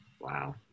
Wow